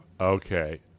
okay